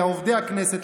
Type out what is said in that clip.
לעובדי הכנסת,